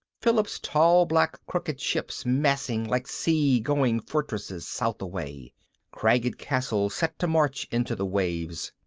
philip's tall black crooked ships massing like sea-going fortresses south-away cragged castles set to march into the waves.